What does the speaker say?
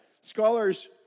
Scholars